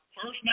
First